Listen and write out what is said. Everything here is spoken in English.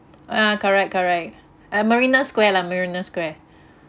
ya correct correct at marina square lah marina square